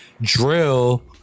drill